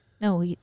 No